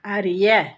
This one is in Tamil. அறிய